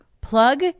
Plug